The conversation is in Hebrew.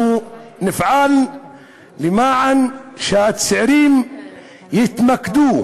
אנחנו נפעל כדי שהצעירים יתמקדו